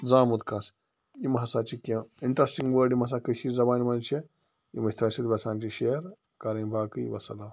زامُت کَس یِم ہسا چھِ کیٚنٛہہ اِنٹرٛسٹِنٛگ وٲرڈ یِم ہسا کٔشیٖرِ زبانہِ منٛز چھِ یِم ٲسۍ تۄہہِ سۭتۍ ییٚژھان چھِ شِیر کَرٕنۍ باقٕے وَالسَلام